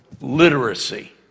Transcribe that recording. literacy